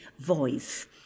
voice